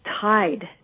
tied